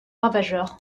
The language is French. ravageur